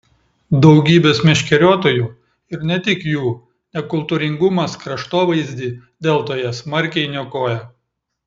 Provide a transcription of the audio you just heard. daugybės meškeriotojų ir ne tik jų nekultūringumas kraštovaizdį deltoje smarkiai niokoja